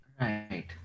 Right